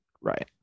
Right